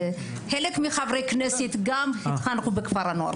חלק מחברי הכנסת גם הם התחנכו בכפרי נוער.